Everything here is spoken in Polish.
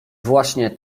właśnie